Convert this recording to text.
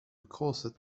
corset